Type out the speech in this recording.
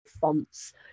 fonts